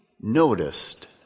noticed